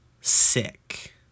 sick